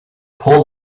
pull